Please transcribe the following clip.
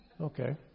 Okay